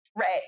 Right